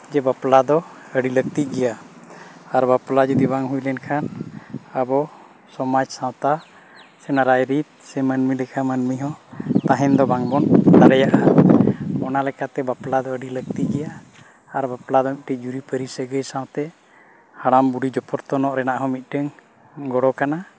ᱡᱮ ᱵᱟᱯᱞᱟ ᱫᱚ ᱟᱹᱰᱤ ᱞᱟᱹᱠᱛᱤ ᱜᱮᱭᱟ ᱟᱨ ᱵᱟᱯᱞᱟ ᱡᱩᱫᱤ ᱵᱟᱝ ᱦᱩᱭ ᱞᱮᱱᱠᱷᱟᱱ ᱟᱵᱚ ᱥᱚᱢᱟᱡᱽ ᱥᱟᱶᱛᱟ ᱥᱮ ᱨᱟᱭᱨᱤᱛ ᱥᱮ ᱢᱟᱹᱱᱢᱤ ᱞᱮᱠᱟ ᱢᱟᱹᱱᱢᱤ ᱦᱚᱸ ᱛᱟᱦᱮᱱ ᱫᱚ ᱵᱟᱝ ᱵᱚᱱ ᱫᱟᱲᱮᱭᱟᱜᱼᱟ ᱚᱱᱟ ᱞᱮᱠᱟᱛᱮ ᱵᱟᱯᱞᱟ ᱫᱚ ᱟᱹᱰᱤ ᱞᱟᱹᱠᱛᱤ ᱜᱮᱭᱟ ᱟᱨ ᱵᱟᱯᱞᱟ ᱫᱚ ᱢᱤᱫᱴᱤᱡ ᱡᱩᱨᱤᱼᱯᱟᱹᱨᱤ ᱥᱟᱹᱜᱟᱹᱭ ᱥᱟᱶᱛᱮ ᱦᱟᱲᱟᱢᱼᱵᱩᱰᱦᱤ ᱡᱚᱯᱚᱨᱛᱚᱱ ᱨᱮᱱᱟᱜ ᱢᱤᱫᱴᱟᱹᱝ ᱜᱚᱲᱚ ᱠᱟᱱᱟ